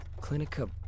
Clinica